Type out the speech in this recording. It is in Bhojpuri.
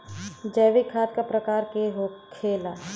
जैविक खाद का प्रकार के होखे ला?